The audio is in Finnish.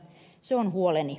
se on huoleni